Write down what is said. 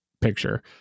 picture